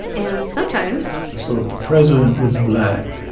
and sometimes. so if the president was black,